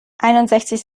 einundsechzig